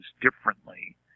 differently